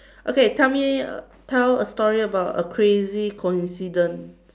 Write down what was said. okay tell me tell a story about a crazy coincidence